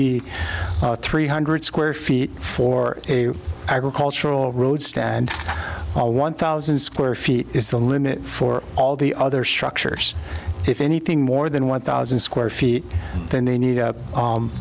be three hundred square feet for agricultural road and a one thousand square feet is the limit for all the other structures if anything more than one thousand square feet then they need